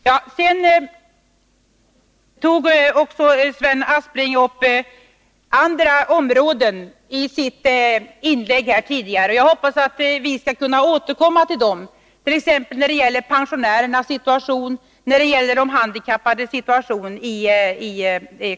Sven Aspling tog också upp andra områden i sitt tidigare inlägg här, och jag hoppas att vi skall kunna återkomma till dem, t.ex. när det gäller pensionärernas situation och de handikappades situation.